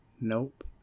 Nope